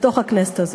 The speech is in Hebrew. בתוך הכנסת הזאת.